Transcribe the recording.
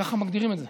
ככה מגדירים את זה.